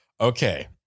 Okay